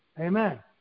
Amen